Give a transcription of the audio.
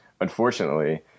Unfortunately